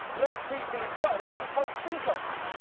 let's feed these gulls some tostitos.